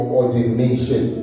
ordination